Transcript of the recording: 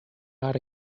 out